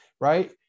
Right